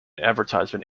advertisement